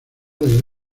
desde